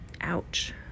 ouch